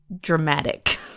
dramatic